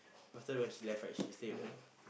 after when she left right she stay with the